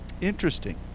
interesting